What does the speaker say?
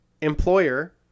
employer